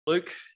Luke